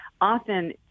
often